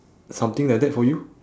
something like that for you